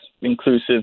inclusive